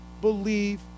believe